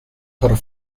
her